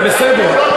זה בסדר.